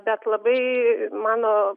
bet labai mano